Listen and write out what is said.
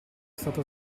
stato